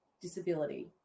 disability